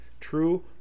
true